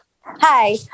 Hi